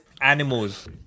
Animals